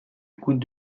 goutte